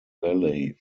valley